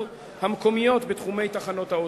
המקומיות בתחומי תחנות האוטובוסים.